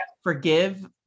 forgive